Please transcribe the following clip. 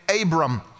Abram